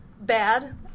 bad